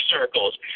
circles